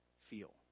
feel